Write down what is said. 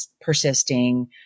persisting